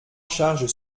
charges